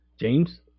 James